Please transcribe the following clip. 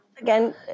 again